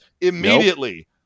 immediately